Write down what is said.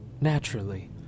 naturally